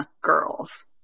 Girls